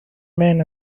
men